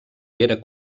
era